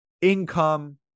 income